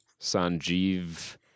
Sanjeev